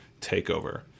Takeover